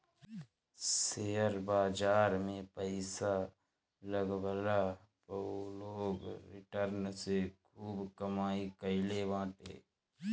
share बाजार में पईसा लगवला पअ लोग रिटर्न से खूब कमाई कईले बाटे